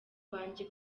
banjye